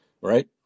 right